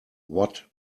what